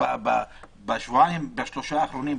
בחודש האחרון,